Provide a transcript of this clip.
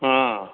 ହଁ